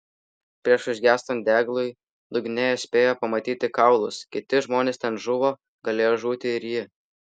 prieš užgęstant deglui dugne spėjo pamatyti kaulus kiti žmonės ten žuvo galėjo žūti ir ji